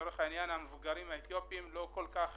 כלומר